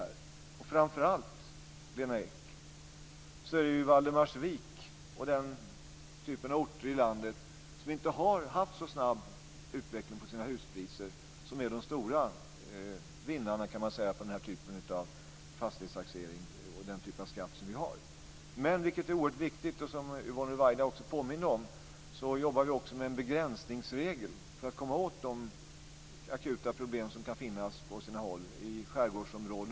Jag vill säga till Lena Ek att de stora vinnarna med denna typ av fastighetstaxering och fastighetsskatt är Valdemarsvik och andra orter som inte har haft en så snabb utveckling av huspriserna. Yvonne Ruwaida påminde också om att vi jobbar med en begränsningsregel, för att komma åt akuta problem i t.ex. skärgårdsområden.